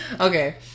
okay